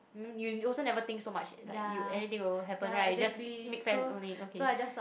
you also never think so much like you anything will happen right just make friends only okay